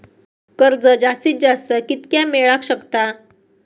कर्ज जास्तीत जास्त कितक्या मेळाक शकता?